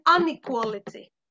inequality